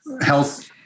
health